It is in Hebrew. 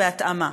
בהתאמה.